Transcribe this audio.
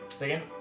Again